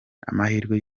amahirwe